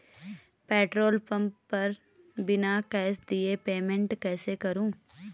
Petrol pump पर बिना cash दिए पेमेंट कैसे करूँ?